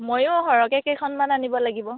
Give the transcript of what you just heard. ময়ো সৰহকৈয়ে কেইখনমান আনিব লাগিব